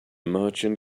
merchant